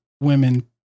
women